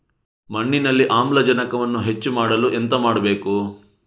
ಮಣ್ಣಿನಲ್ಲಿ ಆಮ್ಲಜನಕವನ್ನು ಹೆಚ್ಚು ಮಾಡಲು ಎಂತ ಮಾಡಬೇಕು?